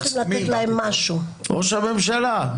ראש הממשלה.